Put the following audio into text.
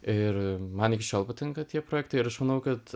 ir man iki šiol patinka tie projektai ir aš manau kad